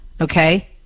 Okay